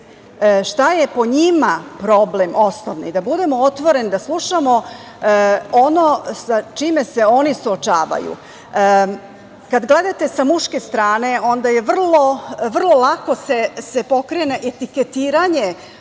šta je po njima problem osnovni, da budemo otvoreni, da slušamo ono sa čime se oni suočavaju. Kada gledate sa muške strane, onda se vrlo lako pokrene etiketiranje